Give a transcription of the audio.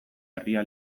herria